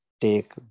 take